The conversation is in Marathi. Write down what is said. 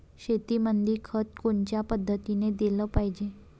शेतीमंदी खत कोनच्या पद्धतीने देलं पाहिजे?